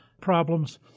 problems